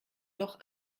doch